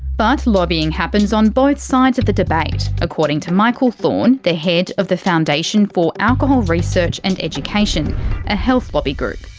but lobbying happens on both sides of the debate, according to michael thorn the head of the foundation for alcohol research and education a health lobby group.